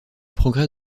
progrès